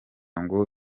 ngo